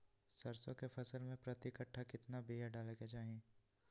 सरसों के फसल में प्रति कट्ठा कितना बिया डाले के चाही?